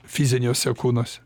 fiziniuose kūnuose